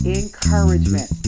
encouragement